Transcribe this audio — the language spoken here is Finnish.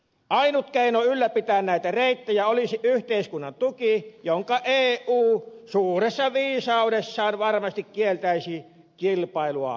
ainut keino ylläpitää näitä reittejä olisi yhteiskunnan tuki jonka eu suuressa viisaudessaan varmasti kieltäisi kilpailua vääristävänä